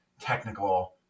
technical